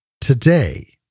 today